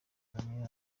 inguzanyo